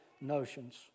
notions